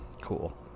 Cool